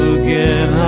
again